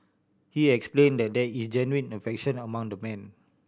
he explain that there is genuine affection among the men